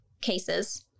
cases